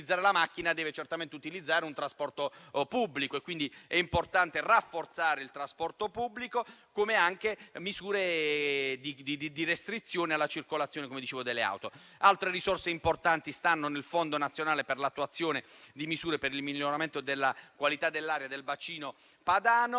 Altre risorse importanti sono destinate al fondo nazionale per l'attuazione di misure per il miglioramento della qualità dell'aria del bacino padano,